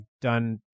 done